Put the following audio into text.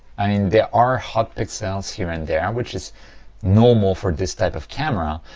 i mean there are hot pixels here and there which is normal for this type of camera,